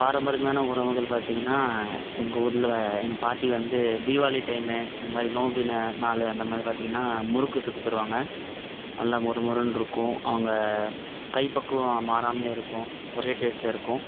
பாரம்பரியமான உணவுகள் பார்த்திங்கன்னா எங்கள் ஊரில் எங்கள் பாட்டி வந்து தீபாளி டைமு இந்த மாதிரி நோம்பி நாள் அந்த மாதிரி பார்த்திங்கன்னா முறுக்கு சுட்டு தருவாங்க நல்லா மொறுமொறுன்னு இருக்கும் அவங்க கைப்பக்குவம் மாறாமையே இருக்கும் ஒரே டேஸ்ட்லயே இருக்கும்